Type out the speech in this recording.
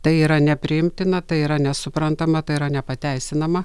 tai yra nepriimtina tai yra nesuprantama tai yra nepateisinama